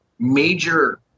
Major